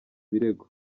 birego